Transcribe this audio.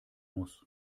muss